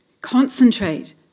Concentrate